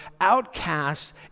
outcasts